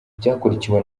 byakurikiwe